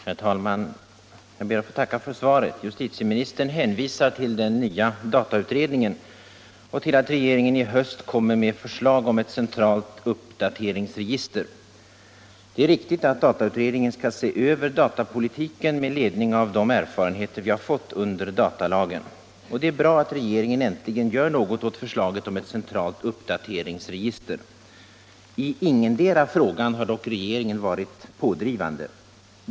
Herr talman! Jag ber att få tacka för svaret. Justitieministern hänvisar till den nya datautredningen och till att regeringen i höst kommer med förslag om ett centralt uppdateringsregister. Det är riktigt att datautredningen skall se över datapolitiken med ledning av de erfarenheter vi fått under datalagen. Det är bra att regeringen äntligen gör något åt förslaget om ett centralt uppdateringsregister. I ingendera frågan har dock regeringen varit pådrivande.